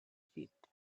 fit